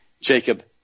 Jacob